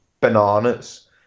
bananas